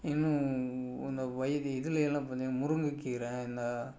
இன்னும் அந்த வயது இதிலேலாம் பார்த்தீங்கன்னா முருங்கக்கீரை இந்த